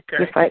Okay